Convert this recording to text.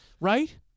Right